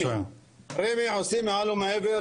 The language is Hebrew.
רמ"י עושים מעל ומעבר,